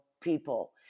people